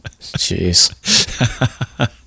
Jeez